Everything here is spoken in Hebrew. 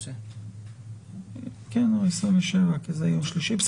זה יוצא 26. 27 זה יום שלישי.